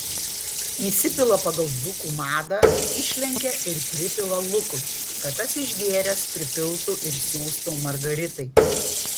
įsipila pagal dzūkų madą išlenkia ir pripila lukui kad tas išgėręs pripiltų ir siųstų margaritai